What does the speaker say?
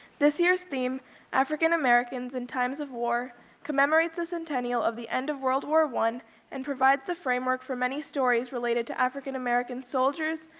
this year's theme african americans in times of war commemorates the centennial of the end of world war i and provides the framework for many stories related to african american soldiers,